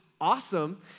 awesome